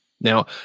Now